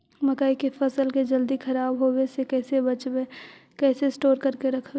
मकइ के फ़सल के जल्दी खराब होबे से कैसे बचइबै कैसे स्टोर करके रखबै?